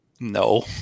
No